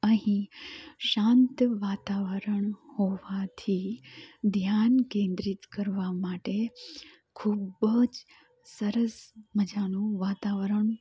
અહીં શાંત વાતાવરણ હોવાથી ધ્યાન કેન્દ્રિત કરવા માટે ખૂબજ સરસ મજાનું વાતાવરણ